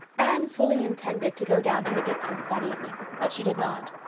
anne fully intended to go down to the dicksons' that evening, but she did not.